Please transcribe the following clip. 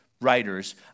writers